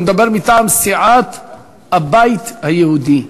הוא מדבר מטעם סיעת הבית היהודי,